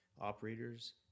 operators